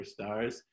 superstars